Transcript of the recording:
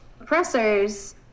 oppressors